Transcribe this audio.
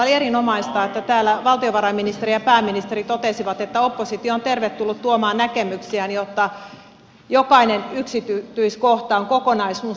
oli erinomaista että täällä valtiovarainministeri ja pääministeri totesivat että oppositio on tervetullut tuomaan näkemyksiään jotta jokainen yksityiskohta on kokonaisuus